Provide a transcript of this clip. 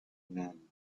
none